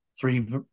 three